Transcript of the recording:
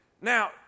now